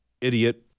idiot